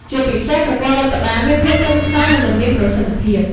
ជាពិសេសប្រព័ន្ធរដ្ឋបាលមានភាពទន់ខ្សោយ និងមិនមានប្រសិទ្ធភាព។